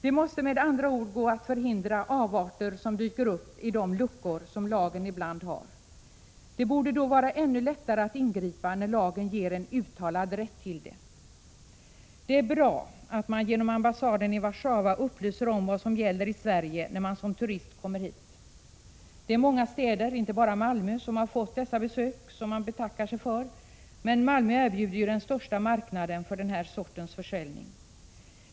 Det måste med andra ord gå att förhindra avarter som dyker upp på grund av de luckor som lagen ibland har. Det borde då vara ännu lättare att ingripa när lagen ger en uttalad rätt till det. Det är bra att man genom ambassaden i Warszawa blir upplyst om vad som gäller i Sverige när man som turist kommer hit. Det är många städer förutom Malmö som har fått dessa besök, som man betackar sig för. Malmö erbjuder dock den största marknaden för denna sorts försäljning.